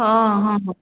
हॅं हॅं